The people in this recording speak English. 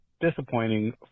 disappointing